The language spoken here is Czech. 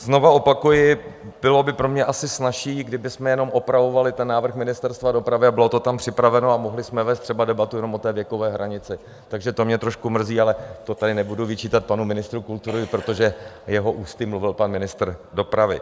Znova opakuji, bylo by pro mě asi snazší, kdybychom jenom opravovali návrh Ministerstva dopravy, bylo to tam připraveno a mohli jsme vést třeba debatu jenom o té věkové hranici, takže to mě trošku mrzí, ale to tady nebudu vyčítat panu ministru kultury, protože jeho ústy mluvil pan ministr dopravy.